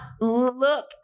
look